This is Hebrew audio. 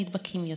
נדבקים יותר.